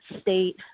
state